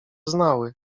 znały